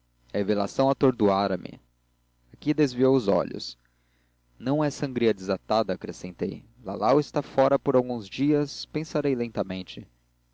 revelação atordoara me aqui desviou os olhos não é sangria desatada acrescentei lalau está fora por alguns dias pensarei lentamente